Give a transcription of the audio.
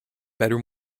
bedroom